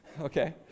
Okay